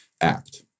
ACT